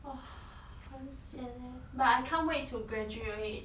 !wah! 很 sian leh but I can't wait to graduate